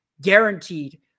guaranteed